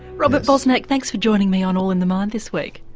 robert bosnak thanks for joining me on all in the mind this week.